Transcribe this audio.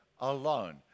alone